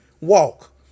walk